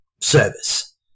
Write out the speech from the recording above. service